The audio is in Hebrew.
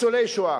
ניצולי שואה,